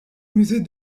musée